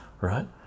Right